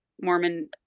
Mormon